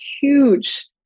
huge